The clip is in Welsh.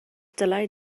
dylai